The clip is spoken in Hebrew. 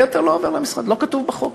היֶתר לא עובר למשרד, זה לא כתוב בחוק.